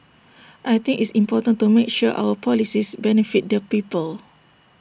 I think it's important to make sure our policies benefit the people